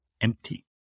empty